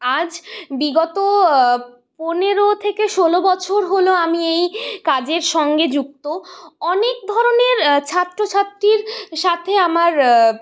আজ বিগত পনেরো থেকে ষোলো বছর হল আমি এই কাজের সঙ্গে যুক্ত অনেক ধরনের ছাত্রছাত্রীর সাথে আমার